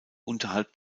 unterhalb